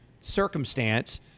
circumstance